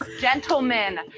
gentlemen